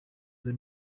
the